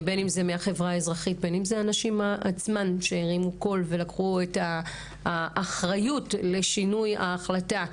לנשים עצמן שהרימו קול ולקחו אחריות לשינוי ההחלטה.